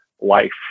life